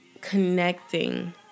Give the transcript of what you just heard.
connecting